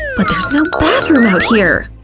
but there's no bathroom out here!